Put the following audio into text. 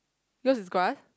yours is grass